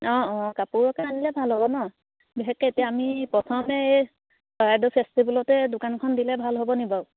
অঁ অঁ কাপোৰকে আনিলে ভাল হ'ব ন বিশেষকৈ এতিয়া আমি প্ৰথমে এই চৰাইদেউ ফেষ্টিভেলতে দোকানখন দিলে ভাল হ'ব নি বাৰু